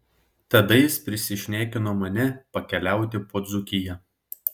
tada jis prisišnekino mane pakeliauti po dzūkiją